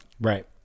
Right